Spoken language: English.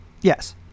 Yes